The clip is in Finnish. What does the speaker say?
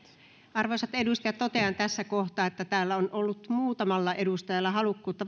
arvoisat edustajat totean tässä kohtaa että täällä on ollut muutamalla edustajalla halukkuutta